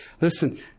listen